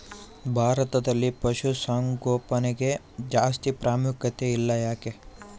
ಭಾರತದಲ್ಲಿ ಪಶುಸಾಂಗೋಪನೆಗೆ ಜಾಸ್ತಿ ಪ್ರಾಮುಖ್ಯತೆ ಇಲ್ಲ ಯಾಕೆ?